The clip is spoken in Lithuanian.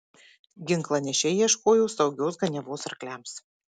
ginklanešiai ieškojo saugios ganiavos arkliams